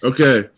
Okay